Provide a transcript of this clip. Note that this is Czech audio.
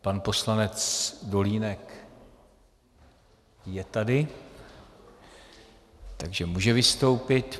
Pan poslanec Dolínek je tady, takže může vystoupit.